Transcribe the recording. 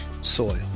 soil